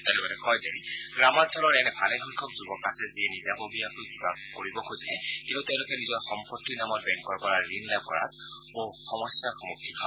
তেওঁ লগতে কয় যে গ্ৰামাঞ্চলৰ এনে ভালেসংখ্যক যুবক আছে যিয়ে নিজাববীয়াকৈ কিবা কৰিব খোজে কিন্তু তেওঁলোকে নিজৰ বাসগৃহৰ নামত বেংকৰ পৰা ঋণ লাভ কৰাত বহু সমস্যাৰ সন্মুখীন হয়